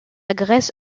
grèce